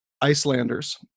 Icelanders